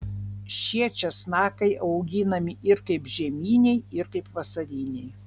šie česnakai auginami ir kaip žieminiai ir kaip vasariniai